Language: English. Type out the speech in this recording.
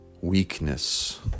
weakness